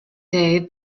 day